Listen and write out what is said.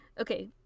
Okay